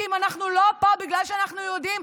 כי אם אנחנו לא פה בגלל שאנחנו יהודים,